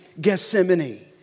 Gethsemane